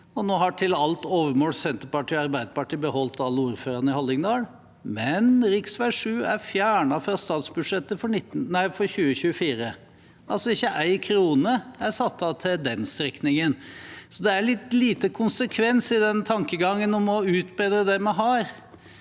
Nå har til alt overmål Senterpartiet og Arbei derpartiet beholdt alle ordførerne i Hallingdal, men rv. 7 er fjernet fra statsbudsjettet for 2024. Ikke én krone er altså satt av til den strekningen. Så det er litt lite konsekvens i tankegangen om å utbedre det vi har.